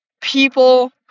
people